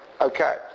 okay